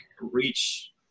reach